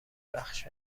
بخش